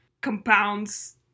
compounds